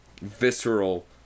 visceral